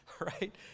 right